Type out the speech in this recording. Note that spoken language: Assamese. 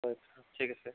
হয় ঠিক আছে